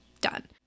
Done